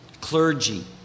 clergy